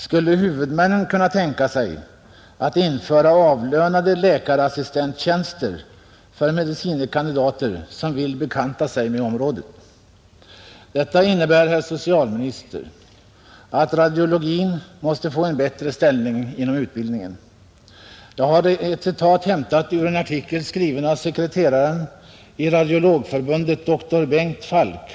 Skulle huvudmännen kunna tänka sig att införa avlönade ”läkarassistenttjänster” för medicine kandidater som vill bekanta sig med området? Detta innebär, herr socialminister, att radiologin måste få en bättre ställning inom utbildningen. Jag har ett citat hämtat ur en artikel skriven av sekreteraren i Radiologförbundet, dr Bengt Falk.